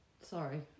Sorry